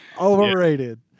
overrated